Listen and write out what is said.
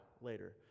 later